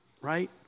Right